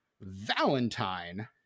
Valentine